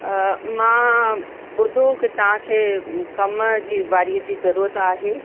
मां ॿुधो की तव्हांखे कम जी वारीअ जी ज़रूरत आहे